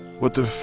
what if, ah,